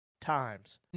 times